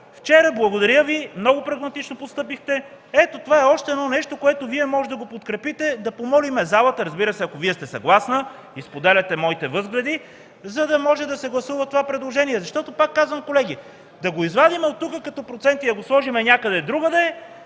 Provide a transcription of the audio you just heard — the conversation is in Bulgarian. Вчера – благодаря Ви, много прагматично постъпихте. Ето това е още едно нещо, което можете да подкрепите. Да помолим залата, разбира се, ако Вие сте съгласна и споделяте моите възгледи, за да може да се гласува това предложение! Пак казвам, колеги, да го извадим от тук като процент и да го сложим някъде другаде